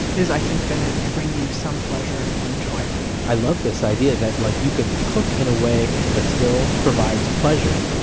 is i think going to bring you some pleasure and some joy i love this idea that like you can cook in a way that still provides pleasure,